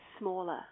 smaller